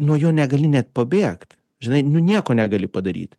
nuo jo negali net pabėgt žinai nu nieko negali padaryt